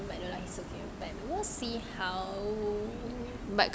but like it's okay we'll see how